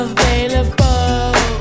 Available